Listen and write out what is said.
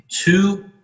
two